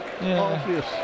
obvious